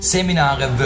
Seminare